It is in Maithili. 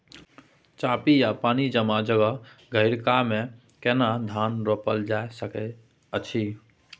चापि या पानी जमा जगह, गहिरका मे केना धान रोपल जा सकै अछि?